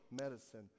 medicine